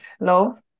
love